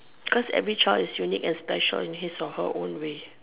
because every child is unique and special in his or her own way